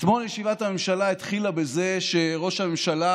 אתמול ישיבת הממשלה התחילה בזה שראש הממשלה,